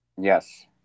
yes